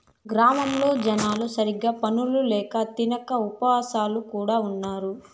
గ్రామాల్లో జనాలు సరిగ్గా పనులు ల్యాక తినక ఉపాసాలు కూడా ఉన్నారు